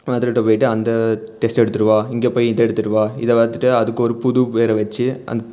மருத்துவர்கிட்ட போய்விட்டு அந்த டெஸ்ட்டு எடுத்துகிட்டு வா இங்கே போய் இதை எடுத்துகிட்டு வா இதை பார்த்துட்டு அதுக்கு ஒரு புது பேரை வச்சு அந்